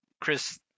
chris